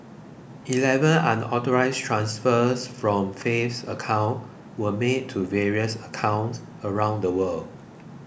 eleven unauthorised transfers from Faith's account were made to various accounts around the world